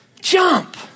Jump